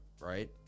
right